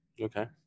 Okay